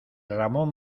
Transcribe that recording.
ramón